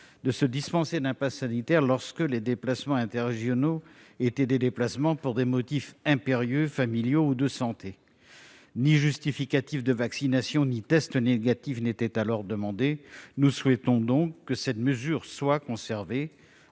de dispenser d'un passe sanitaire les personnes effectuant des déplacements interrégionaux pour des motifs impérieux, familiaux ou de santé. Ni justificatif de vaccination ni test négatif n'était alors demandé. Nous souhaitons donc que cette mesure soit conservée.